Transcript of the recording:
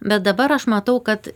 bet dabar aš matau kad